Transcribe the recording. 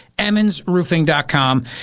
Emmonsroofing.com